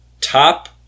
Top